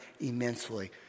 immensely